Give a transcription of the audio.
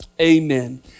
amen